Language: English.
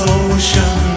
ocean